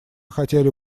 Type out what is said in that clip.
хотели